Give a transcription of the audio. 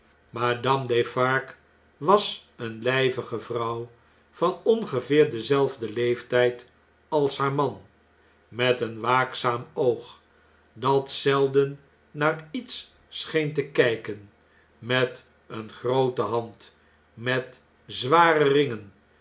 madame defarge was eene ljjvige vrouw van ongeveer denzeffden leeftjjd als haar man met een waakzaam oog dat zelden naar iets scheen te kjjken met eene groote hand met zware ringen